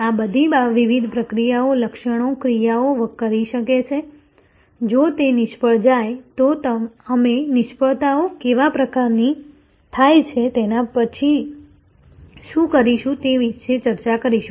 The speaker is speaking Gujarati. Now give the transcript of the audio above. આ બધી વિવિધ પ્રક્રિયાઓ લક્ષણો ક્રિયાઓ કરી શકે છે જો તે નિષ્ફળ જાય તો અમે નિષ્ફળતાઓ કેવા પ્રકારની થાય છે તેના પછી શું કરીશું તે વિશે ચર્ચા કરીશું